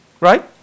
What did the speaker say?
right